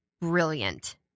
brilliant